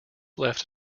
left